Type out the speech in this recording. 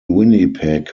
winnipeg